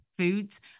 foods